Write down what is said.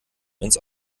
ins